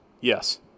Yes